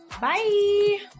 Bye